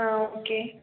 ஆ okay